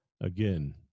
again